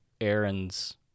Aaron's